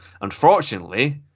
unfortunately